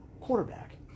quarterback